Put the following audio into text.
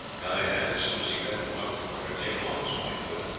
guy had, as soon as he left the market quarter, taken off his white hood,